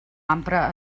ampra